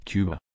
Cuba